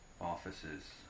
offices